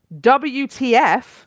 wtf